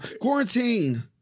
Quarantine